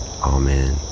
Amen